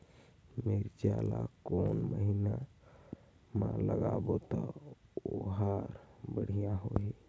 मिरचा ला कोन महीना मा लगाबो ता ओहार बेडिया होही?